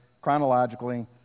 chronologically